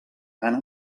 gana